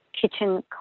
kitchen